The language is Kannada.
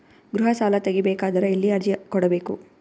ಗೃಹ ಸಾಲಾ ತಗಿ ಬೇಕಾದರ ಎಲ್ಲಿ ಅರ್ಜಿ ಕೊಡಬೇಕು?